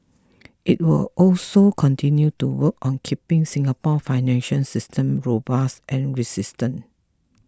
it will also continue to work on keeping Singapore's financial system robust and resistant